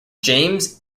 james